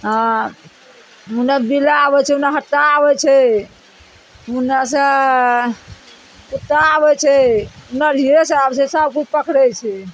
हँ उन्ने बिलाइ आबय छै उन्ने हट्टा आबय छै उन्नेसँ कुत्ता आबय छै नढ़िये आबय छै सबकिछु पकड़य छै